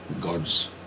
God's